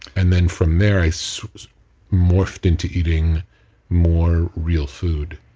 and then from there, i so morphed into eating more real food.